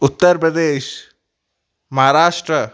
Uttar Pradesh Maharashtra